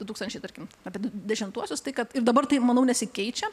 du tūkstančiai tarkim apie dešimtuosius tai kad ir dabar taip manau nesikeičia